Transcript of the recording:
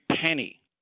penny